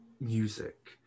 music